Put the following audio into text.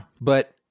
But-